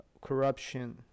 corruption